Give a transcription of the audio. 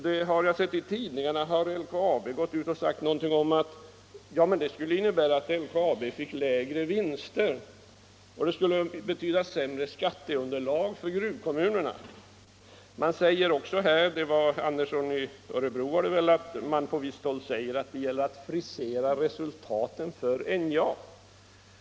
Jag har sett i tidningarna att LKAB har gått ut och sagt någonting om att förslaget skulle innebära att LKAB skulle få lägre vinster och att det skulle betyda sämre skatteunderlag för gruvkommunerna. Herr Andersson i Örebro anförde också att det på visst håll sägs att det gäller att frisera resultaten för NJA.